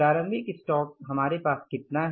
प्रारंभिक स्टॉक हमारे पास कितना है